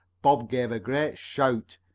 bob gave a great shout.